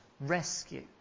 rescue